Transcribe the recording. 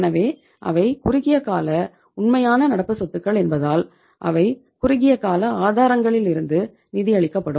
எனவே அவை குறுகிய கால உண்மையான நடப்பு சொத்துகள் என்பதால் அவை குறுகிய கால ஆதாரங்களிலிருந்து நிதியளிக்கப்படும்